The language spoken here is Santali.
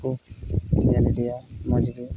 ᱠᱚ ᱧᱮᱞ ᱤᱫᱤᱭᱟ ᱢᱚᱡᱽ ᱜᱮ